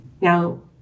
Now